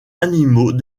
animaux